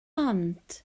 ond